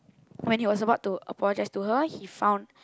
when he was about to apologize to her he found